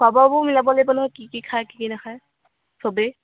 খোৱা বোৱাবােৰ মিলাব লাগিব নহয় কি কি খায় কি কি নাখায় চবেই